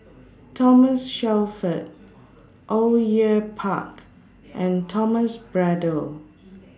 Thomas Shelford Au Yue Pak and Thomas Braddell